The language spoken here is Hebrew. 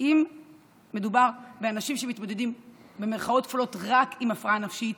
אם מדובר באנשים שמתמודדים "רק" עם הפרעה נפשית